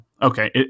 Okay